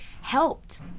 helped